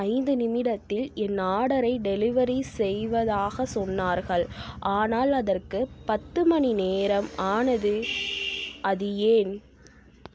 ஐந்து நிமிடத்தில் என் ஆர்டரை டெலிவரி செய்வதாகச் சொன்னார்கள் ஆனால் அதற்கு பத்து மணிநேரம் ஆனது அது ஏன்